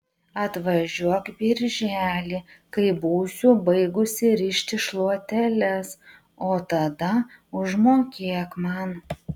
atvažiuok birželį kai būsiu baigusi rišti šluoteles o tada užmokėk man